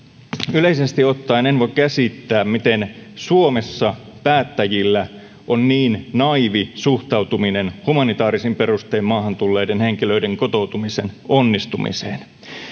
yleisesti ottaen en voi käsittää miten suomessa päättäjillä on niin naiivi suhtautuminen humanitaarisin perustein maahan tulleiden henkilöiden kotoutumisen onnistumiseen